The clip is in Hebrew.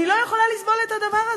אני לא יכולה לסבול את הדבר הזה.